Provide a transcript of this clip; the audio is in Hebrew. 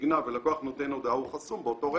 נגנב ולקוח נותן הודעה, הוא חסום באותו רגע.